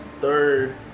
third